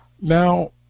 Now